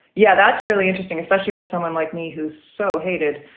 yeah, that's really interesting, especially for someone like me who so hated.